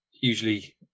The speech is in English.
usually